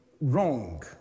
wrong